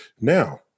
Now